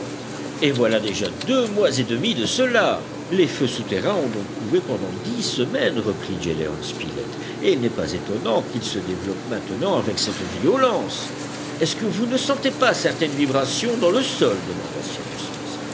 et voilà déjà deux mois et demi de cela les feux souterrains ont donc couvé pendant dix semaines reprit gédéon spilett et il n'est pas étonnant qu'ils se développent maintenant avec cette violence est-ce que vous ne sentez pas certaines vibrations dans le sol demanda